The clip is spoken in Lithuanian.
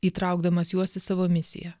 įtraukdamas juos į savo misiją